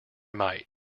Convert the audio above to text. might